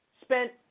spent